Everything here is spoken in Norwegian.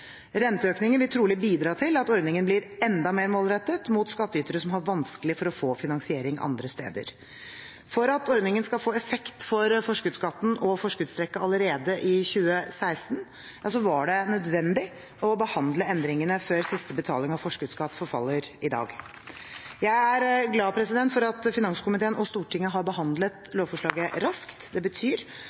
Renteøkningen vil trolig bidra til at ordningen blir enda mer målrettet mot skattytere som har vanskelig for å få finansiering andre steder. For at ordningen skal få effekt for forskuddsskatten og forskuddstrekket allerede i 2016, var det nødvendig å behandle endringene før siste betaling av forskuddsskatt forfaller i dag. Jeg er glad for at finanskomiteen og Stortinget har behandlet lovforslaget raskt. Det betyr